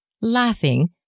laughing